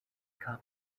cup